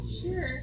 sure